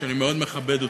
שאני מאוד מכבד אותו.